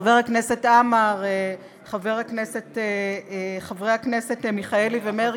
חבר הכנסת עמאר וחברי הכנסת מיכאלי ומרגי,